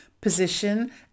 position